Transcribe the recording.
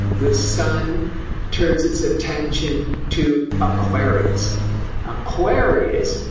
the sun turns its attention to aquarius aquarius.